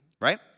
right